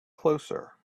closer